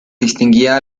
distinguía